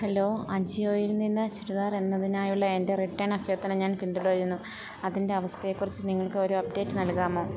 hello അജിയോയിൽ നിന്ന് ചുരിദാർ എന്നതിനായുള്ള എൻ്റെ റിട്ടേൺ അഭ്യർത്ഥന ഞാൻ പിന്തുടരുന്നു അതിൻ്റെ അവസ്ഥയെക്കുറിച്ച് നിങ്ങൾക്കൊരു അപ്ഡേറ്റ് നൽകാമോ